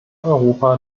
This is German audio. europa